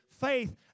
Faith